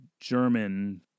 German